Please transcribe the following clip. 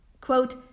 Quote